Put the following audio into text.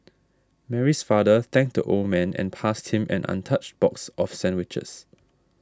Mary's father thanked the old man and passed him an untouched box of sandwiches